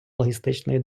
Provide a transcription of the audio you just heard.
логістичної